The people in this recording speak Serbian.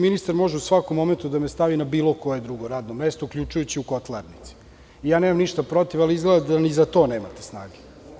Ministar može u svakom trenutku da me stavi na bilo koje radno mesto, uključujući i kotlarnicu, nemam ništa protiv ali izgleda da ni za to nemate snage.